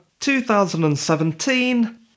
2017